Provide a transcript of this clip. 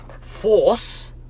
force